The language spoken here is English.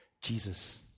Jesus